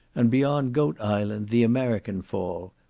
and beyond goat island the american fall,